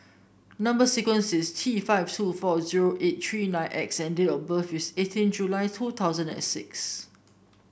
number sequence is T five two four zero eight three nine X and date of birth is eighteen July two thousand and six